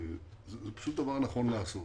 זה פשוט דבר נכון לעשות.